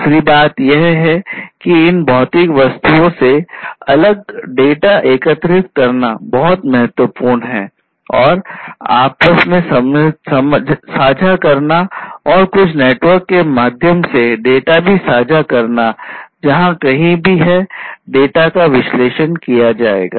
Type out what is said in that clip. दूसरी बात यह है कि इन भौतिक वस्तुओं से अलग डेटा एकत्रित करना बहुत महत्वपूर्ण है और आपस में साझा करना और कुछ नेटवर्क के माध्यम से डेटा भी साझा करना जहां कहीं भी है डाटा का विश्लेषण किया जाएगा